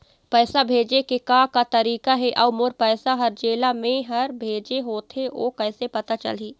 पैसा भेजे के का का तरीका हे अऊ मोर पैसा हर जेला मैं हर भेजे होथे ओ कैसे पता चलही?